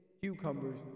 cucumbers